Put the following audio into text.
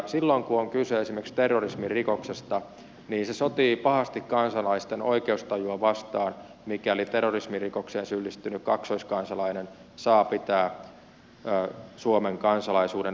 silloin kun on kyse esimerkiksi terrorismirikoksesta niin se sotii pahasti kansalaisten oikeustajua vastaan mikäli terrorismirikokseen syyllistynyt kaksoiskansalainen saa pitää suomen kansalaisuuden